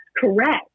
correct